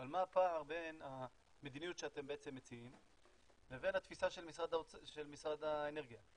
אבל מה הפער בין המדיניות שאתם מציעים לבין התפיסה של משרד האנרגיה?